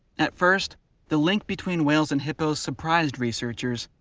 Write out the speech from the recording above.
at first the link between whales and hippos surprised researchers.